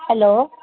hello